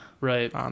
right